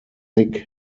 thick